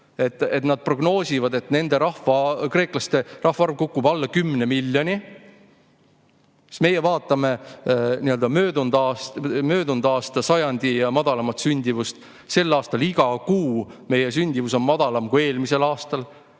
Nad prognoosivad, et nende rahva, kreeklaste rahvaarv kukub alla 10 miljoni. Meie vaatame möödunud aasta sajandi madalaimat sündimust – sel aastal on iga kuu meie sündimus olnud madalam kui eelmisel aastal,